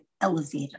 elevated